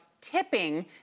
tipping